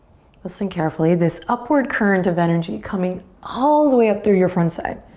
listen carefully, this upward current of energy coming all the way up through your front side.